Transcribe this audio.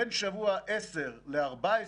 1 עד 14